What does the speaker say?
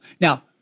now